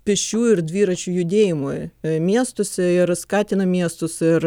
pėsčiųjų ir dviračių judėjimui miestuose ir skatina miestus ir